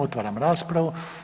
Otvaram raspravu.